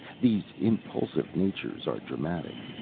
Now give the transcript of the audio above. these impulsive natures are dramatic.